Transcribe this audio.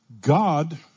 God